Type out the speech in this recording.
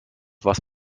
was